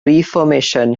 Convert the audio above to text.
reformation